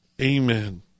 amen